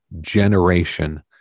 generation